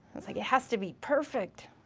like it has to be perfect!